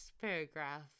paragraph